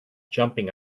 jumping